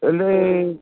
ହେଲେ